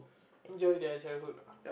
enjoy their childhood ah